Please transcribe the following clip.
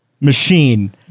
machine